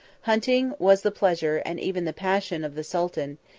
hunting was the pleasure, and even the passion, of the sultan,